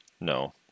No